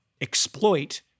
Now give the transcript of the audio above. exploit